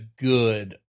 good